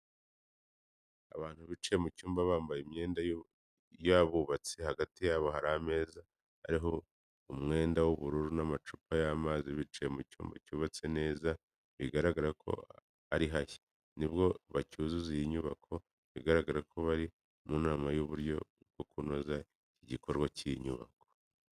Abantu bicaye mu cyumba bambaye imyenda y'abubatsi, hagati yabo hari ameza ariho umwenda w'ubururu n'amacupa y'amazi, bicaye mu cyumba cyubatse neza bigaragara ko ari hashya nibwo bacyuzuza iyi nyubako biragaragara ko bari mu nama y'uburyo kunoza iki gikorwa cy'iyi nyubako.